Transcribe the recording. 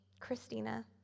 Christina